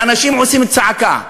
ואנשים עושים צעקה.